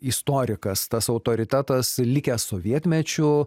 istorikas tas autoritetas likę sovietmečiu